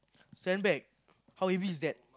sand bag how heavy is that